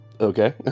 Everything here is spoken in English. Okay